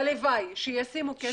הלוואי שישימו כסף.